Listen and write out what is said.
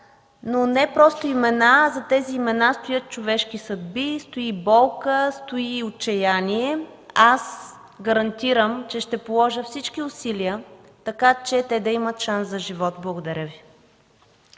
но не просто имена. Зад тези имена стоят човешки съдби, стои болка, стои отчаяние. Аз гарантирам, че ще положа всички усилия, така че те да имат шанс за живот. Благодаря.